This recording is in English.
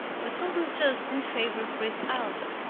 the sultan judged in favor of prince ali,